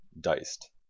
diced